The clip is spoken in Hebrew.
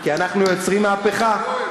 כי אנחנו יוצרים מהפכה.